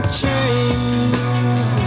chains